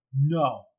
No